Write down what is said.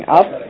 up